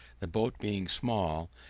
the boat being small,